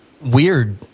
weird